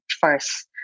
first